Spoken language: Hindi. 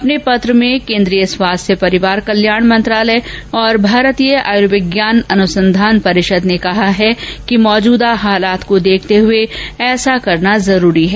अपने पत्र में केन्द्रीय स्वास्थ्य परिवार कल्याण मंत्रालय और भारतीय आयर्विज्ञान अनुसंधान परिषद ने कहा है कि मौजूदा हालात को देखते हुए ऐसा करना जरूरी है